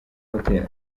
hotel